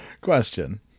Question